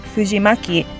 Fujimaki